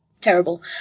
terrible